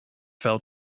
fell